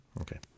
Okay